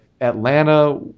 Atlanta